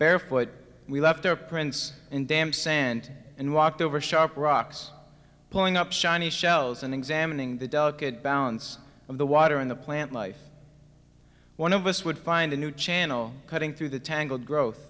barefoot we left our prints in damp sand and walked over sharp rocks pulling up shiny shells and examining the delicate balance of the water in the plant life one of us would find a new channel cutting through the tangled growth